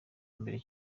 mbere